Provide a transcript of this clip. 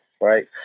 right